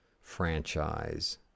franchise